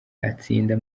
atsinda